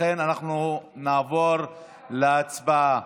לכן אנחנו נעבור להצבעה.